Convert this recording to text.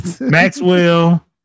Maxwell